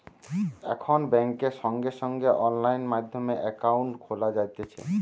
এখন বেংকে সঙ্গে সঙ্গে অনলাইন মাধ্যমে একাউন্ট খোলা যাতিছে